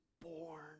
born